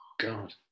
God